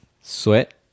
Sweat